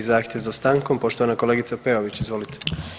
5. zahtjev za stankom, poštovana kolegica Peović, izvolite.